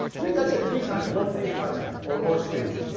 three that's it, three times. one for each wise man or or stooge